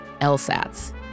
LSATs